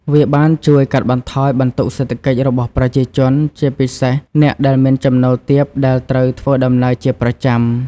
វាបានជួយកាត់បន្ថយបន្ទុកសេដ្ឋកិច្ចរបស់ប្រជាជន ជាពិសេសអ្នកដែលមានចំណូលទាបដែលត្រូវធ្វើដំណើរជាប្រចាំ។